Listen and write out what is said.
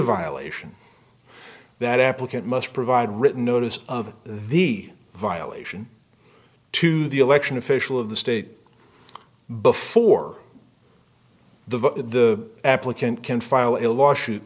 violation that applicant must provide written notice of the violation to the election official of the state before the applicant can file a lawsuit